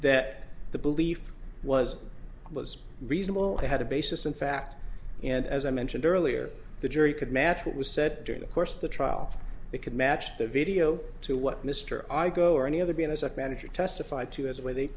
that the belief was was reasonable they had a basis in fact and as i mentioned earlier the jury could match what was said during the course of the trial they could match the video to what mr i go or any other being as a manager testified to as